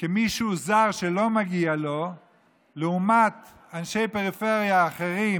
כמישהו זר שלא מגיע לו לעומת אנשי פריפריה אחרים,